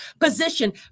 position